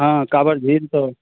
हाँ काँवर झील तो